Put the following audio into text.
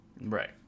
Right